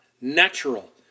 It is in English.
natural